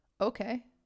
Okay